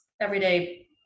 everyday